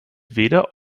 weder